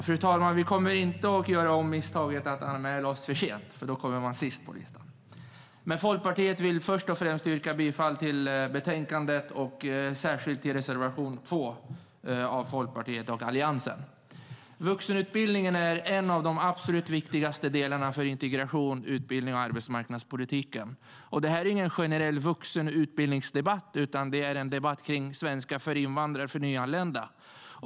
Fru talman! Vi kommer inte att göra om misstaget att anmäla oss för sent, för då kommer man sist på listan. Folkpartiet vill först och främst yrka bifall till utskottets förslag i betänkandet och särskilt till reservation 2 från Folkpartiet och Alliansen. Vuxenutbildningen är en av de absolut viktigaste delarna när det gäller integration, utbildning och arbetsmarknad. Det här är ingen generell vuxenutbildningsdebatt, utan det är en debatt om svenska för invandrare och för nyanlända.